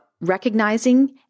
recognizing